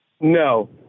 No